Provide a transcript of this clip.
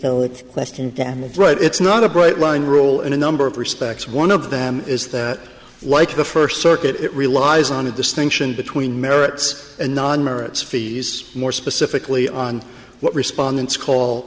move right it's not a bright line rule in a number of respects one of them is that like the first circuit it relies on a distinction between merits and non merits fees more specifically on what respondents call